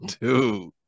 Dude